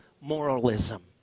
moralism